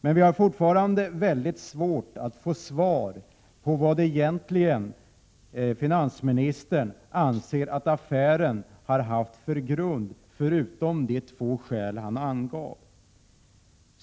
Däremot har vi fortfarande mycket svårt att få svar på vad finansministern egentligen anser att affären har haft för grund, förutom de två skäl han angav.